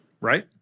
Right